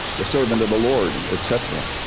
the servant of the lord, etc.